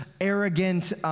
arrogant